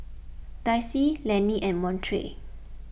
Dayse Lenny and Montrell